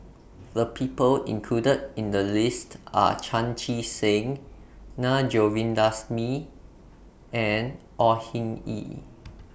The People included in The list Are Chan Chee Seng Na Govindasamy and Au Hing Yee